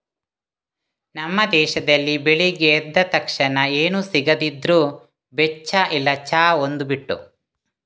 ನಮ್ಮ ದೇಶದಲ್ಲಿ ಬೆಳಿಗ್ಗೆ ಎದ್ದ ತಕ್ಷಣ ಏನು ಸಿಗದಿದ್ರೂ ಬೆಚ್ಚ ಇಲ್ಲ ಚಾ ಒಂದು ಬಿಟ್ಟು